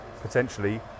potentially